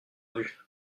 vue